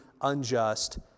unjust